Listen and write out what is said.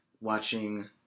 watching